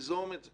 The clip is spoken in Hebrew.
ליזום את זה